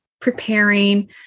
preparing